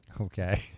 Okay